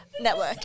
Network